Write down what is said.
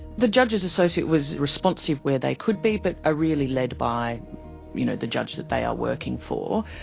the judge's associate was responsive where they could be but are really led by you know the judge that they are working for.